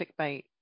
clickbait